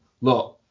look